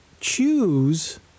choose